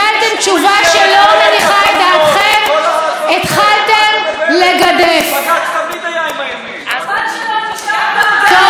אני רוצה להסביר לכם: הדמוקרטיה שלנו לא נהרסה,